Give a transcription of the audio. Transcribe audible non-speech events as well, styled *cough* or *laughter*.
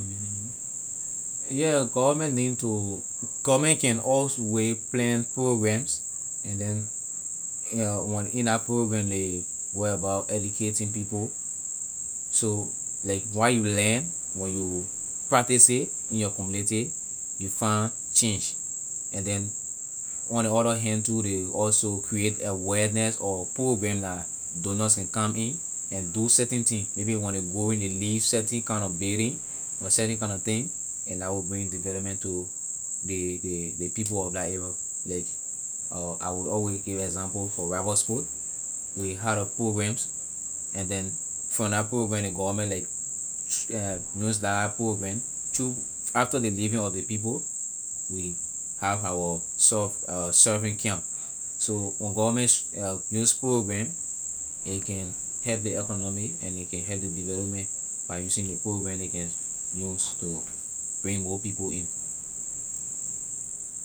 Yeah government need to government can alway plan programs and then *hesitation* when in la program ley go about educating people so like what you learn when you practice it in your community you find change and then on ley other hand too they also create awareness or program la donors can come in and do certain thing maybe when ley going they leave certian kind of building or certian kind nor thing and that will bring development to ley ley ley people of la area like *hesitation* I will always give example for robertsport they had a program and then from la program ley government like *hesitation* use la program through after ley leaving of ley people we have our sur- *hesitation* surfing camp so when government *hesitation* use program a can help ley economy and a can heip ley development by using the program ley use to bring more people in.